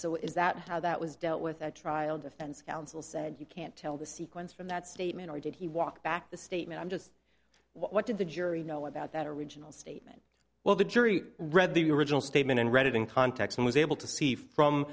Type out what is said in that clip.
so is that how that was dealt with a trial defense counsel said you can't tell the sequence from that statement or did he walk back the statement i'm just what did the jury know about that original statement well the jury read the original statement and read it in context and was able to see from